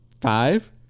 five